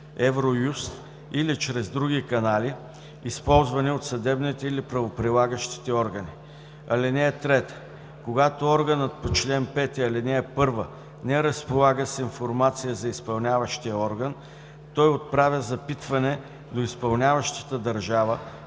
Евроюст или чрез други канали, използвани от съдебните или правоприлагащите органи. (3) Когато органът по чл. 5, ал. 1 не разполага с информация за изпълняващия орган, той отправя запитване до изпълняващата държава,